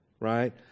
right